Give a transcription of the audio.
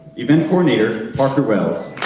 event coordinator, parker wells.